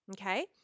Okay